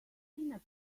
tina